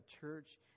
church